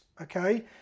okay